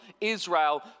Israel